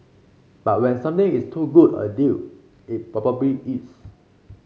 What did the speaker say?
but when something is too good a deal it probably is